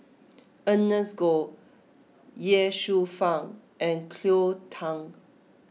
Ernest Goh Ye Shufang and Cleo Thang